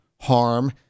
harm